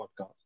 podcast